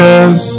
Yes